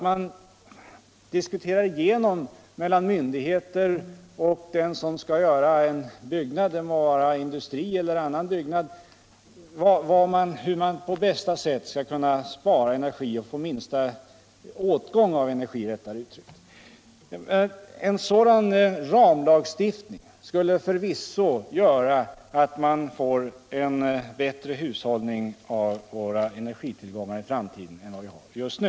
Myndigheter skall diskutera med den som tänker uppföra en byggnad, sätta i gång en industri eller göra något annat som kräver energi. Detta får då inte ske förrän en noggrann prövning gjorts av hur man skall få den minsta åtgången av energi. En sådan ramlagstiftning skulle förvisso göra att man får en bättre hushållning med våra energitillgångar i framtiden än vi har just nu.